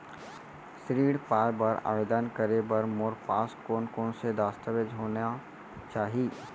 ऋण पाय बर आवेदन करे बर मोर पास कोन कोन से दस्तावेज होना चाही?